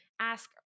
ask